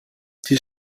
die